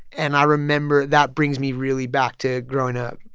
and i remember that brings me really back to growing up,